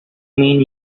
mean